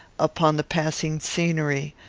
upon the passing scenery,